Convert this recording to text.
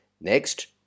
Next